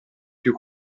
più